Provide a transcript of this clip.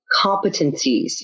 competencies